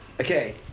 Okay